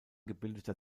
gebildeter